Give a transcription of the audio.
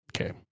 okay